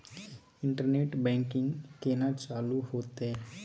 Internet banking केना चालू हेते?